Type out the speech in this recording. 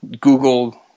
Google